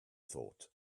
thought